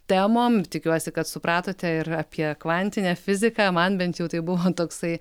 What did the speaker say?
temom tikiuosi kad supratote ir apie kvantinę fiziką man bent jau tai buvo toksai